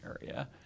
area